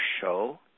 show